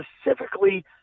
specifically